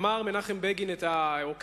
אמר מנחם בגין, או כתב,